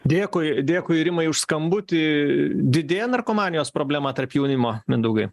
dėkui dėkui rimai už skambutį didėja narkomanijos problema tarp jaunimo mindaugai